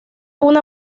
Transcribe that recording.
una